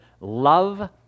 Love